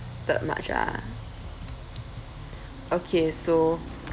that much ah okay so